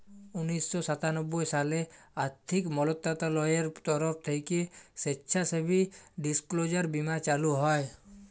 উনিশ শ সাতানব্বই সালে আথ্থিক মলত্রলালয়ের তরফ থ্যাইকে স্বেচ্ছাসেবী ডিসক্লোজার বীমা চালু হয়